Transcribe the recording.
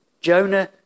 Jonah